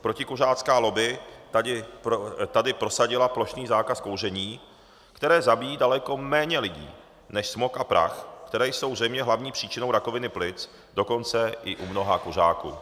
Protikuřácká lobby tady prosadila plošný zákaz kouření, které zabíjí daleko méně lidí než smog a prach, které jsou zřejmě hlavní příčinou rakoviny plic, dokonce i u mnoha kuřáků.